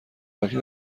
بلکه